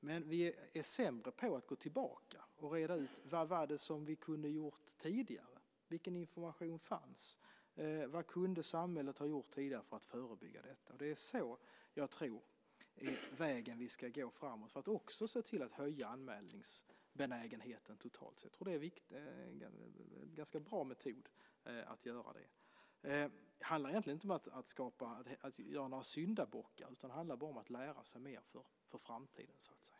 Men vi är sämre på att gå tillbaka och reda ut vad det var som vi kunde ha gjort tidigare, vilken information som fanns, vad samhället kunde ha gjort tidigare för att förebygga detta. Jag tror att det är på den vägen som vi ska gå framåt för att också se till att höja anmälningsbenägenheten totalt sett. Det är en ganska bra metod att göra det. Det handlar egentligen inte om att leta efter några syndabockar, utan det handlar bara om att lära sig mer för framtiden.